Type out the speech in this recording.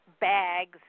bags